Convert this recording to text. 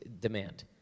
demand